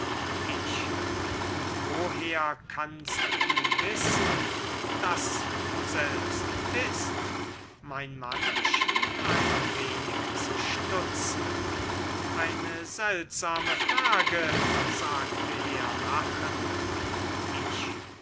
ich und woher kannst du wissen daß du selbst bist mein mann schien ein wenig zu stutzen eine seltsame frage sagte er lachend ich